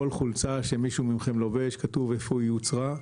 כל חולצה שמישהו מכם לובש כתוב איפה יוצרה.